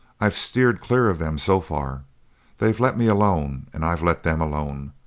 i've steered clear of them so far they've let me alone and i've let them alone,